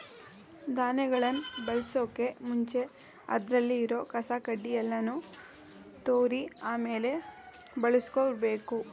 ಧಾನ್ಯಗಳನ್ ಬಳಸೋಕು ಮುಂಚೆ ಅದ್ರಲ್ಲಿ ಇರೋ ಕಸ ಕಡ್ಡಿ ಯಲ್ಲಾನು ತೂರಿ ಆಮೇಲೆ ಬಳುಸ್ಕೊಬೇಕು